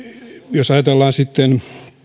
jos ajatellaan sitten